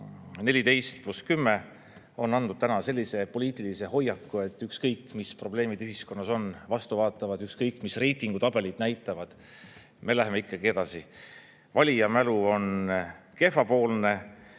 14 pluss 10 on andnud sellise poliitilise hoiaku, et ükskõik, mis probleemid ühiskonnas on, vastu vaatavad, ükskõik, mis reitingutabelid näitavad, me läheme ikkagi edasi. Valija mälu on kehvapoolne